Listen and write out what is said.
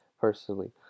personally